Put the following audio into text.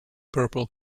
purple